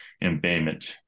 embayment